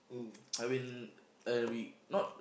I mean uh we not